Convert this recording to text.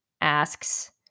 asks